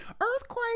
Earthquake